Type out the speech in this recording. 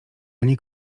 ani